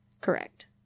correct